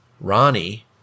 Ronnie